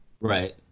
Right